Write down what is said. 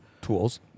tools